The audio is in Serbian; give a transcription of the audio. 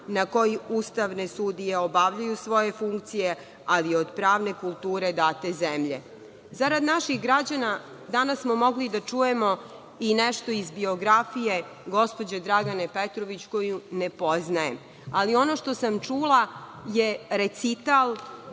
na koji ustavne sudije obavljaju svoje funkcije, ali i od pravne kulture date zemlje. Zarad naših građana, danas smo mogli da čujemo i nešto iz biografije gospođe Dragane Petrović, koju ne poznajem, ali ono što sam čula je recital